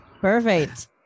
Perfect